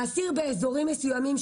להסיר באזורים מסוימים,